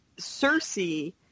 Cersei